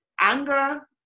anger